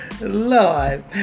Lord